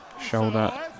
Shoulder